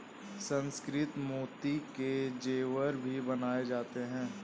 सुसंस्कृत मोती के जेवर भी बनाए जाते हैं